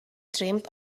dreamed